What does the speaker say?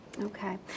Okay